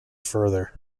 further